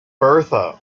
bertha